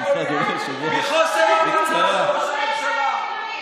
לא ממניעים פוליטיים, מחוסר הבנה של ראש הממשלה.